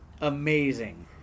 amazing